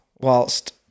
whilst